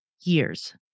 years